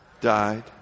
died